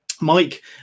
Mike